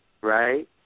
Right